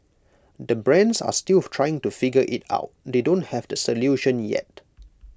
the brands are still trying to figure IT out they don't have the solution yet